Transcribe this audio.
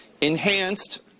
enhanced